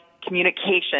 communication